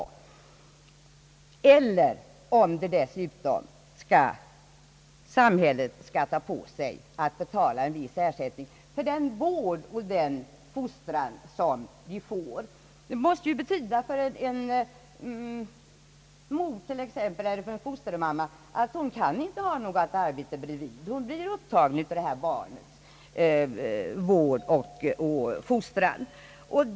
Eller om samhället dessutom skall betala en viss ersättning för den vård och fostran barnen får. En fosterhemsmamma kan t. ex, inte ha något arbete bredvid utan blir upptagen av barnets vård och fostran.